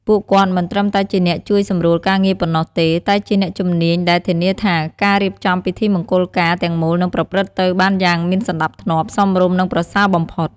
ពួកគាត់មិនត្រឹមតែជាអ្នកជួយសម្រួលការងារប៉ុណ្ណោះទេ តែជាអ្នកជំនាញដែលធានាថាការរៀបចំពិធីមង្គលការទាំងមូលនឹងប្រព្រឹត្តទៅបានយ៉ាងមានសណ្តាប់ធ្នាប់ សមរម្យ និងប្រសើរបំផុត។